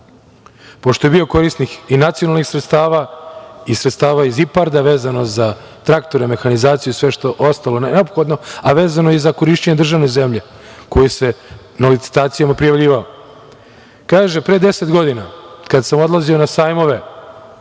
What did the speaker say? pošto je bio korisnik i nacionalnih sredstava i sredstava iz IPARD-a, vezano za traktore, mehanizaciju i sve ostalo neophodno, a vezano i za korišćenje državne zemlje, koji se na licitacijama prijavljivao. Kaže – pre deset godina, kada sam odlazio na sajmove